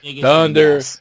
Thunder